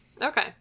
okay